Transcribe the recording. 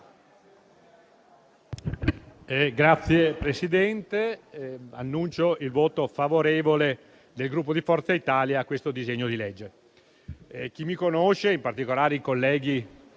Signor Presidente, annuncio il voto favorevole del Gruppo Forza Italia a questo disegno di legge. Chi mi conosce, in particolare i colleghi